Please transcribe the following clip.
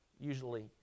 usually